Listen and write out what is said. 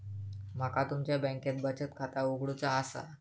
माका तुमच्या बँकेत बचत खाता उघडूचा असा?